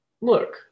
look